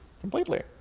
Completely